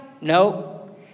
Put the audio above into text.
No